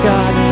God